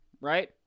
right